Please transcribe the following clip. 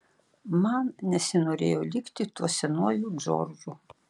man nesinorėjo likti tuo senuoju džordžu